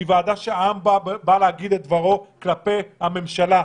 היא ועדה שאליה מגיע העם כדי להגיד דברו כלפי הממשלה.